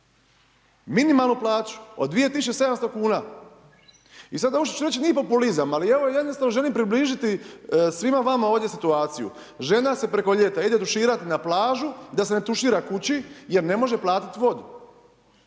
minimalnu plaću od 2700 kuna. i ovo što ću reći nije populizam, ali jednostavno želim približiti svima vama ovdje situaciju. Žena se preko ljeta ide tuširati na plažu da se ne tušira kući jer ne može platit vodu.